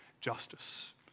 justice